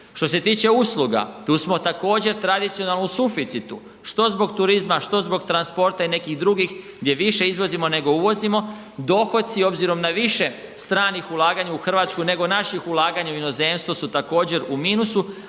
Što se tiče usluga, tu smo također tradicionalno u suficitu, što zbog turizma, što zbog transporta i nekih drugih gdje više izvozimo nego uvozimo. Dohoci obzirom na više stranih ulaganja u Hrvatsku nego naših ulaganja u inozemstvo su također u minusu,